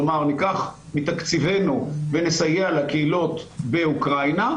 כלומר ניקח מתקציבנו ונסייע לקהילות באוקראינה,